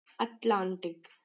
Atlantic